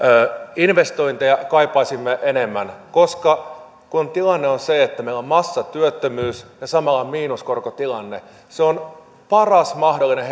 investointeja kaipaisimme enemmän koska kun tilanne on se että meillä on massatyöttömyys ja samalla miinuskorkotilanne se on paras mahdollinen